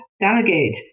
delegate